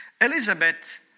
Elizabeth